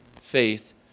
faith